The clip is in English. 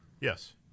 Yes